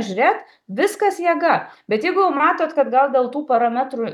žiūrėt viskas jėga bet jeigu jau matot kad gal dėl tų parametrų